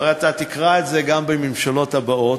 הרי אתה תקרא את זה גם בממשלות הבאות,